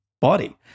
body